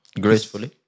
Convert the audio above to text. Gracefully